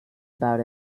about